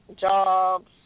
jobs